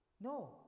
No